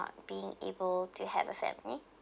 not being able to have a family